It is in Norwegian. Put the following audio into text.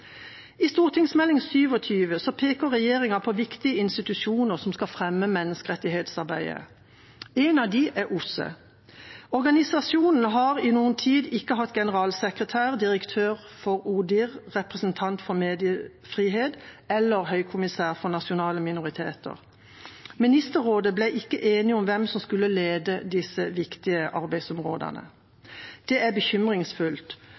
I Meld. St. 27 for 2018–2019 peker regjeringa på viktige institusjoner som skal fremme menneskerettighetsarbeidet. En av dem er OSSE. Organisasjonen har i en tid ikke hatt generalsekretær, direktør for ODIHR, Office for Democratic Institutions and Human Rights, representant for mediefrihet eller høykommissær for nasjonale minoriteter. Ministerrådet ble ikke enige om hvem som skulle lede disse viktige